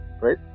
right